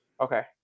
Okay